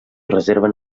reserva